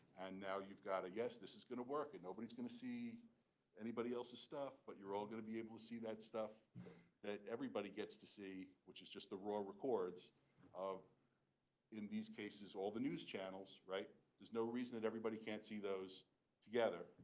and now you've got a yes. this is going to work. and nobody's going to see anybody else's stuff. but you're all going to be able to see that stuff that everybody gets to see, which is just the raw records of in these cases, all the news channels, right. there's no reason that everybody can't see those together